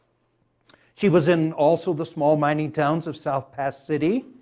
she was in also the small mining towns of south pass city,